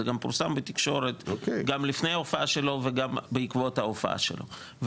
פורסם בתקשורת גם לפני ההופעה שלו וגם בעקבות ההופעה שלו,